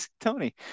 Tony